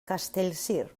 castellcir